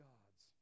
God's